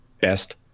best